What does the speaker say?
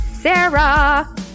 Sarah